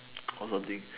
call something